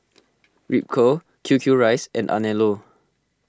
Ripcurl Q Q Rice and Anello